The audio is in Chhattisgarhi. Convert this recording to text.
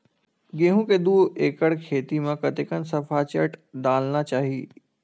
गेहूं के दू एकड़ खेती म कतेकन सफाचट डालना चाहि?